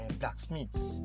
blacksmiths